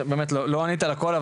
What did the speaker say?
באמת לא ענית על הכל,